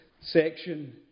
section